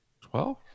Twelve